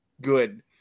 good